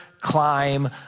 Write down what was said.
climb